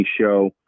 show